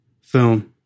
film